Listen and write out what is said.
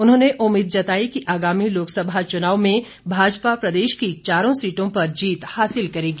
उन्होंने उम्मीद जताई कि आगामी लोकसभा चुनाव में भाजपा प्रदेश की चारों सीटों पर जीत हासिल करेगी